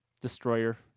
Destroyer